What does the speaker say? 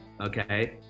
okay